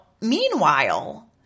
meanwhile